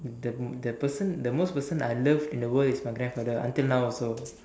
the the person the most person I love the most in the world is my grandfather until now also